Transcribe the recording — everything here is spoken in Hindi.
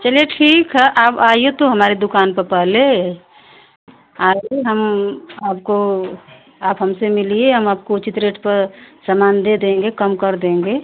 चलिए ठीक है आप आइए तो हमारी दुकान पर पहले आइए हम आपको आप हमसे मिलिए हम आपको उचित रेट पर सामान दे देंगे कम कर देंगे